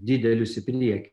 didelius į priekį